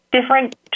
Different